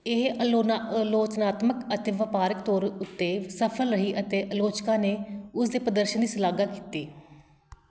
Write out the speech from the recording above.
ਇਹ ਅਲੋਨਾ ਆਲੋਚਨਾਤਮਕ ਅਤੇ ਵਪਾਰਕ ਤੌਰ ਉੱਤੇ ਸਫ਼ਲ ਰਹੀ ਅਤੇ ਆਲੋਚਕਾਂ ਨੇ ਉਸ ਦੇ ਪ੍ਰਦਰਸ਼ਨ ਦੀ ਸ਼ਲਾਘਾ ਕੀਤੀ